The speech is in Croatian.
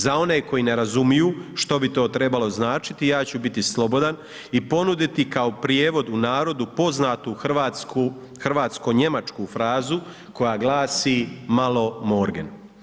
Za one koji ne razumiju što bi to trebalo značiti, ja ću biti slobodan i ponuditi kao prijevod u narodu poznatu hrvatsko-njemačku frazu koja glasi „malo morgen“